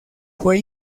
fue